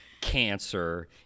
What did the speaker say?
cancer